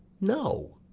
no.